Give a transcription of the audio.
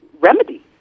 remedy